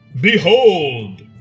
Behold